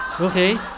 Okay